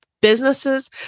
businesses